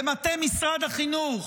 במטה משרד החינוך